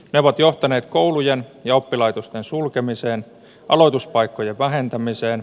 ne ovat johtaneet koulujen ja oppilaitosten sulkemisen aloituspaikkojen vähentämiseen